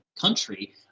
country